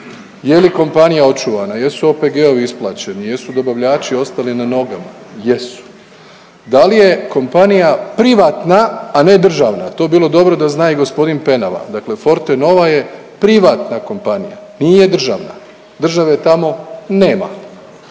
Je li kompanija očuvana, jesu OPG-ovi isplaćeni, jesu dobavljači ostali na nogama, jesu. Da li je kompanija privatna, a ne državna, to bi bilo dobro da zna i g. Penava, dakle Fortenova je privatna kompanija, nije državna, države tamo nema,